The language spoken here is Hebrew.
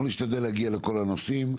אנחנו נשתדל להגיע לכל הנושאים.